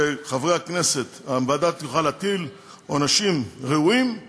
הוועדה תוכל להטיל עונשים ראויים על